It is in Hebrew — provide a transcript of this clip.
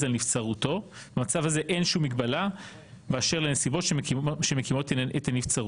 על נבצרותו ובמצב הזה אין שום מגבלה באשר לנסיבות שמקימות את הנבצרות.